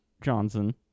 Johnson